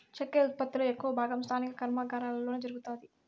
చక్కర ఉత్పత్తి లో ఎక్కువ భాగం స్థానిక కర్మాగారాలలోనే జరుగుతాది